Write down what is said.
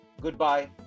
Goodbye